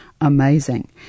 amazing